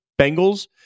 Bengals